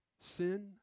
Sin